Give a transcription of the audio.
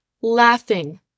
laughing